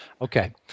Okay